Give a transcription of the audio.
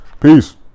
Peace